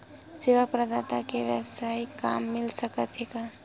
सेवा प्रदाता के वेवसायिक काम मिल सकत हे का?